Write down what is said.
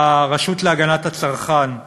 לרשות להגנת הצרכן,